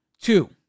two